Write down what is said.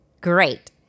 Great